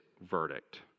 verdict